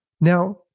Now